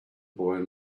boy